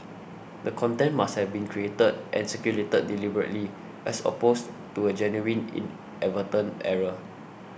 the content must have been created and circulated deliberately as opposed to a genuine inadvertent error